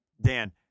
Dan